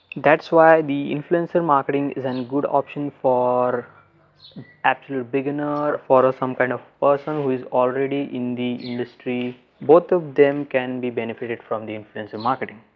that's why the influencer marketing is an good option for absolute beginner for some kind of person who is already in the industry both of them can be benefited from the influencer marketing.